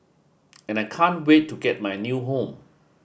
and I can't wait to get my new home